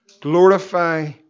Glorify